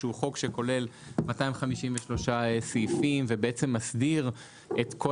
שהוא חוק שכולל 253 סעיפים ומסדיר את כל